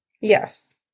yes